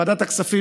ועדת הכספים,